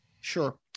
Sure